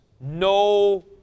no